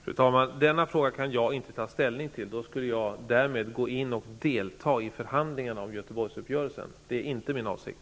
Fru talman! Jag kan inte ta ställning till denna fråga. Då skulle jag därmed gå in och delta i förhandlingarna om Göteborgsuppgörelsen, och det är inte min avsikt.